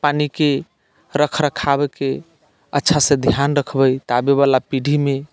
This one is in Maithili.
पानिके रख रखावके अच्छासँ ध्यान रखबै तऽ आबयवला पीढ़ीमे